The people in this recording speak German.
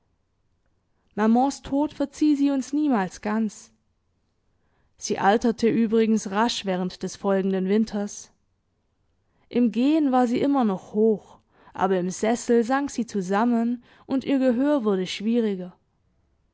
mamans tod verzieh sie uns niemals ganz sie alterte übrigens rasch während des folgenden winters im gehen war sie immer noch hoch aber im sessel sank sie zusammen und ihr gehör wurde schwieriger